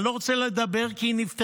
אני לא רוצה לדבר, כי היא נפטרה,